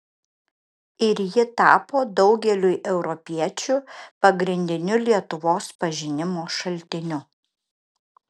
ir ji tapo daugeliui europiečių pagrindiniu lietuvos pažinimo šaltiniu